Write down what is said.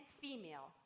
female